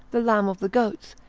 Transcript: the lamb of the goat's,